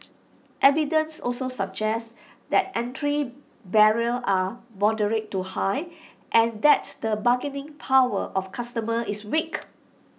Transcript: evidence also suggests that entry barriers are moderate to high and that the bargaining power of customers is weak